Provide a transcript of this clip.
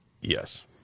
Yes